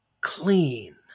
clean